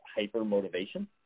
hyper-motivation